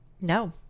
No